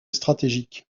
stratégique